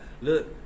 look